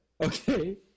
Okay